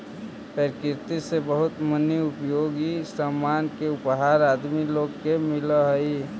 प्रकृति से बहुत मनी उपयोगी सामान के उपहार आदमी लोग के मिलऽ हई